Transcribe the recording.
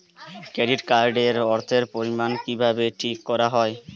Credit card এর অর্থের পরিমান কিভাবে ঠিক করা হয়?